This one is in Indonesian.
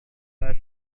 bahasa